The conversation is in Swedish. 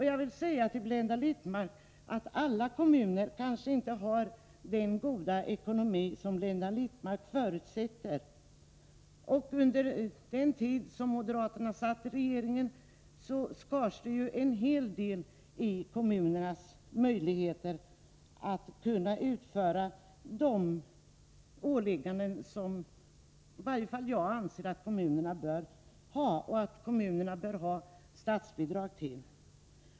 Jag vill säga till Blenda Littmarck att kanske inte alla kommuner har den goda ekonomi som hon förutsätter. Under den tid moderaterna satt i regeringen skars det ju en hel del i kommunernas möjligheter att utföra de åligganden som i varje fall jag anser att kommunerna bör sköta och bör få statsbidrag till.